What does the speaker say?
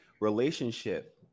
relationship